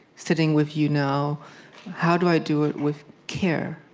sitting with you now how do i do it with care.